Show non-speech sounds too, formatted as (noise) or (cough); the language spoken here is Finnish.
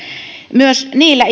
myös niillä (unintelligible)